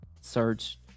search